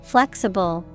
Flexible